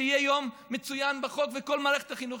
שיהיה יום מצוין בחוק וכל מערכת החינוך,